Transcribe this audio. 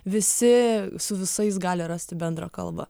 visi su visais gali rasti bendrą kalbą